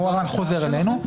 וזה, כמובן, חוזר אלינו.